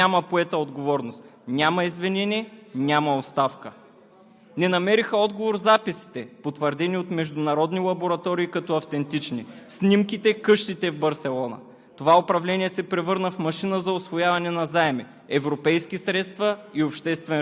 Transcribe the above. боксове, газ, бой на студенти, арести на журналисти и граждани, а за всичко това няма поета отговорност, няма извинение, няма оставка. Не намериха отговор записите, потвърдени от международни лаборатории като автентични, снимките, къщите в Барселона.